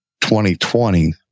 2020